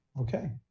Okay